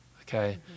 Okay